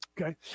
Okay